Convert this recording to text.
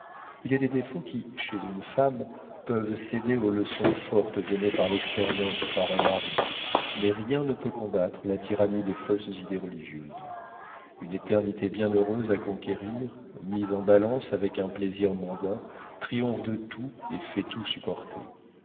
il est des défauts qui chez une femme peuvent céder aux leçons fortes données par l'expérience ou par un mari mais rien ne peut combattre la tyrannie des fausses idées religieuses une éternité bienheureuse à conquérir mise en balance avec un plaisir mondain triomphe de tout et fait tout supporter